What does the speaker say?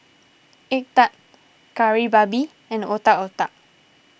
Egg Tart Kari Babi and Otak Otak